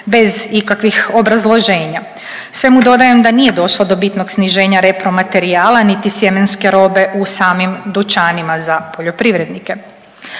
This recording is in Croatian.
bez ikakvih obrazloženja. Svemu dodajem da nije došlo do bitnog sniženja repromaterijala niti sjemenske robe u samim dućanima za poljoprivrednike.